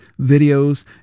videos